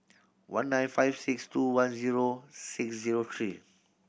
one nine five six two one zero six zero three